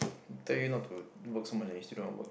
tell you not to work so much and you still don't want to work